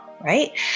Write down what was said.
Right